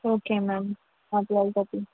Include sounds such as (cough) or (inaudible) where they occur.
okay ma'am (unintelligible)